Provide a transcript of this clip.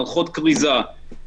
מערכות כריזה,